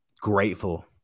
grateful –